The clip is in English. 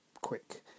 quick